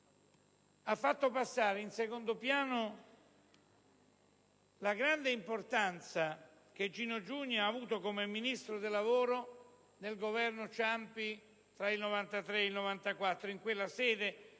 ha fatto passare in secondo piano la grande importanza che Gino Giugni ha avuto come ministro del lavoro nel Governo Ciampi tra il 1993 e il 1994. In quella sede Giugni